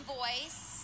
voice